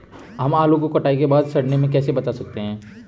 हम आलू को कटाई के बाद सड़ने से कैसे बचा सकते हैं?